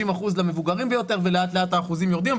60% למבוגרים יותר ולאט לאט האחוזים יורדים,